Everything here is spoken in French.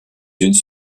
unes